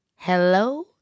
Hello